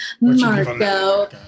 Marco